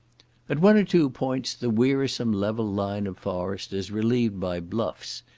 at one or two points the wearisome level line of forest is relieved by bluffs,